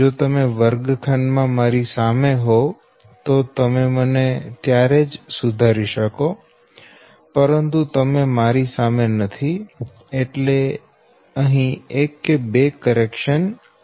જો તમે વર્ગખંડ માં મારી સામે હોવ તો તમે મને ત્યારે જ સુધારી શકો પરંતુ તમે મારી સામે નથી એટલે એક કે બે કરેકશન આવેલ છે